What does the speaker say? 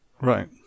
Right